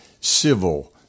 civil